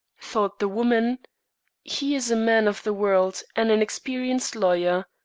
thought the woman he is a man of the world, and an experienced lawyer.